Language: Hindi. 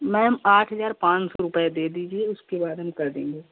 मैम आठ हज़ार पाँच सौ रुपये दे दीजिए उसके बाद हम कर देंगे